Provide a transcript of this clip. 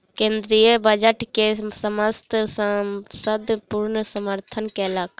केंद्रीय बजट के समस्त संसद पूर्ण समर्थन केलक